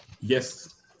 Yes